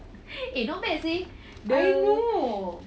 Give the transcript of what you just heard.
eh not bad say the